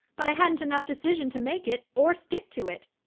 but i hadn't enough decision to make it or stick to it.